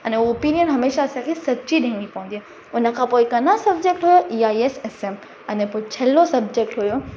अने ओपिनियन हमेशा असांखे सची ॾियणी पवंदी आहे उन खां पोइ हिकु अञा सब्जेक्ट हुयो E I S S M अने पोइ छिलो सब्जेक्ट हुयो